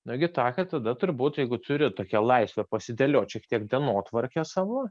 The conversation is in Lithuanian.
nagi tą kad tada turbūt jeigu turi tokią laisvę pasiterliot šiek tiek dienotvarkę savo